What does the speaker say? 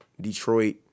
Detroit